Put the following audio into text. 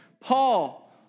Paul